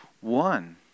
one